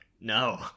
no